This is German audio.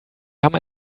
haben